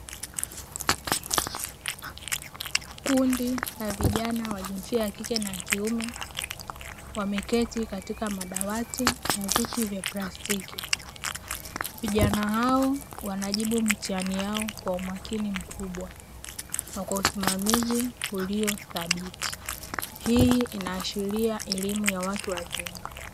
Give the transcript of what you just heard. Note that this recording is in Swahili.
Kundi la vijana wa jinsia ya kike na kiume wameketi katika madawati na viti ya plastiki. Vijana hao wanajibu mitihani yao kwa umakini mkubwa na kwa usimamizi uliothabiti. Hii inaashiria elimu ya watu wazima.